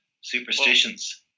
superstitions